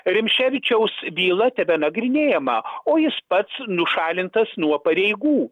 rimšėvičiaus byla tebenagrinėjama o jis pats nušalintas nuo pareigų